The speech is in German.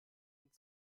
und